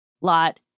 lot